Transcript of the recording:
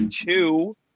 two